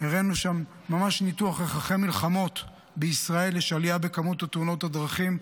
הראינו ניתוח איך אחרי מלחמות בישראל יש עלייה במספר תאונות הדרכים,